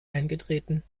eingetreten